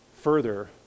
further